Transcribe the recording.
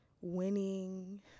winning